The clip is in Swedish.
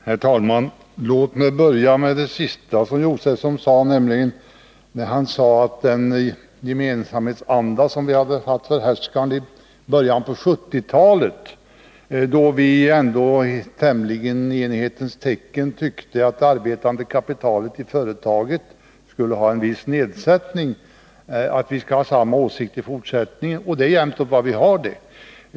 Herr talman! Låt mig börja med det sista som Stig Josefson sade, om den gemensamhetsanda som varit förhärskande i början av 1970-talet, då vi ändå i stort sett i enighetens tecken tyckte att det arbetande kapitalet i företaget skulle åtnjuta en viss skattenedsättning. Stig Josefson anser att vi skall ha samma åsikt i fortsättningen. Det är just jämt vad vi har, det!